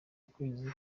ukwezi